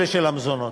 צעד ראשון שעשו,